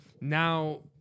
now